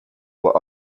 were